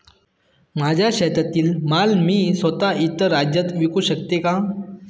माझ्या शेतातील माल मी स्वत: इतर राज्यात विकू शकते का?